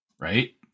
Right